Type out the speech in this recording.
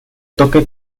toque